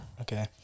Okay